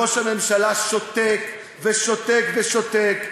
וראש הממשלה שותק ושותק ושותק,